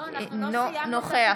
אינו נוכח